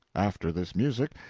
after this music,